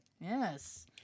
Yes